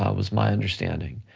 ah was my understanding.